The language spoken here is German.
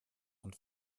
und